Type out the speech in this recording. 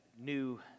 new